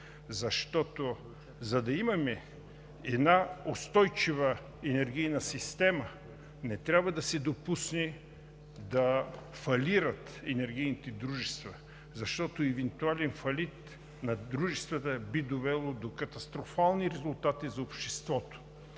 защото, за да имаме една устойчива енергийна система, не трябва да се допуска да фалират енергийните дружества. Евентуален фалит на дружествата би довело до катастрофални резултати за обществото.